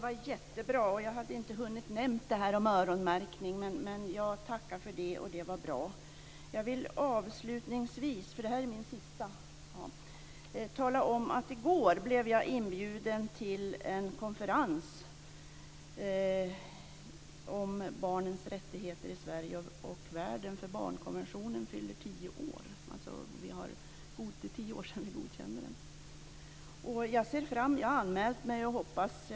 Fru talman! Jag hade inte hunnit nämna frågan om öronmärkning. Det var jättebra att den togs upp, och jag tackar för det. Det här är mitt sista inlägg. Jag vill avslutningsvis tala om att jag i går blev inbjuden till en konferens om barnens rättigheter i Sverige och i världen, som ska hållas i samband med tioårsdagen av vårt godkännande av barnkonventionen.